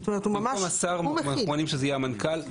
לא כל כך ברור למה פה אנחנו דורשים רק מנכ"ל?